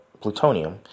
Plutonium